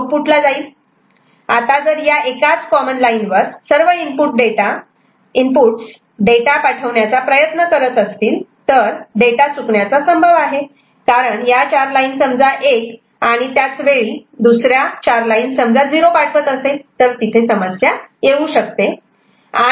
आता जर या एकाच कॉमन लाईन वर सर्व इनपुट डाटा पाठवण्याचा प्रयत्न करत असतील तर डाटा चुकण्याचा संभव आहे कारण या चार लाईन समजा एक आणि त्याचवेळी दुसरे समजा 0 पाठवत असेल तर तिथे समस्या येऊ शकते